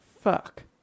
Fuck